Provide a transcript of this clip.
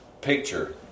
picture